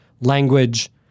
language